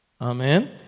Amen